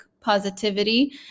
positivity